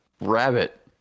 rabbit